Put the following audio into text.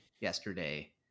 yesterday